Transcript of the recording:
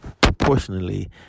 proportionally